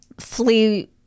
Flee